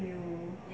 !aiyo!